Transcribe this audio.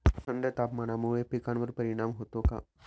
थंड तापमानामुळे पिकांवर परिणाम होतो का?